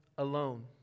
alone